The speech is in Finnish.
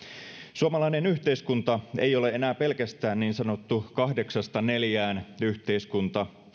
suomalainen yhteiskunta ei ole enää pelkästään niin sanottu kahdeksasta neljään yhteiskunta